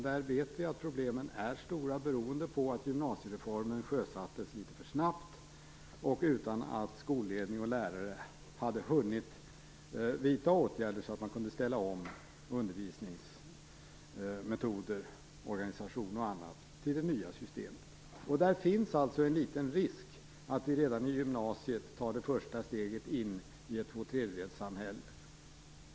Där vet vi att problemen är stora beroende på att gymnasiereformen sjösattes litet för snabbt och utan att skolledning och lärare hade hunnit vidta åtgärder för att ställa om undervisningsmetoder, organisation och annat till det nya systemet. Där finns alltså en liten risk att man redan i gymnasiet tar det första steget in i ett tvåtredjedelssamhälle.